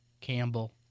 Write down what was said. Campbell